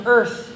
Earth